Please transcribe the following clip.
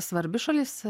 svarbi šalis